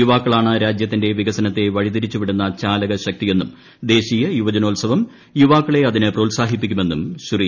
യുവാക്കളാണ് രാജ്യത്തിന്റെ വികസനത്തെ വഴിതിരിച്ചു വിടുന്ന ചാലകശക്തിയെന്നും ദേശീയ യുവജനോത്സവം യുവാക്കളെ അതിന് പ്രോത്സാഹിപ്പിക്കൂമെന്നും ശ്രീ